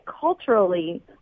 culturally